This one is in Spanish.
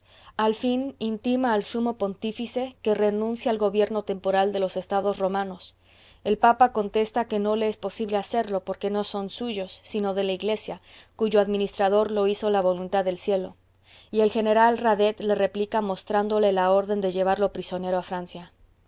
al fin intima al sumo pontífice que renuncie al gobierno temporal de los estados romanos el papa contesta que no le es posible hacerlo porque no son suyos sino de la iglesia cuyo administrador lo hizo la voluntad del cielo y el general radet le replica mostrándole la orden de llevarlo prisionero a francia